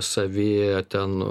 savi ten